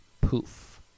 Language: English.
poof